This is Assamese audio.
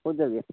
ক'ত যাবি